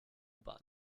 bahn